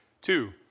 Two